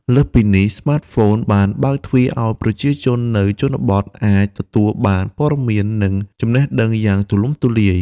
លើសពីនេះ ស្មាតហ្វូនបានបើកទ្វារឲ្យប្រជាជននៅជនបទអាច ទទួលបានព័ត៌មាន និងចំណេះដឹងយ៉ាងទូលំទូលាយ។